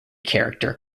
character